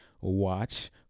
watch